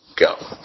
Go